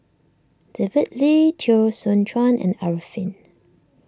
David Lee Teo Soon Chuan and Arifin